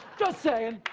just saying.